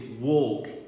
walk